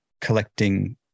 collecting